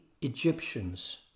Egyptians